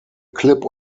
clip